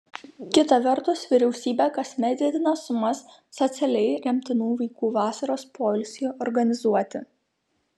kita vertus vyriausybė kasmet didina sumas socialiai remtinų vaikų vasaros poilsiui organizuoti